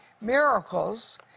miracles